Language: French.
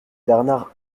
bernard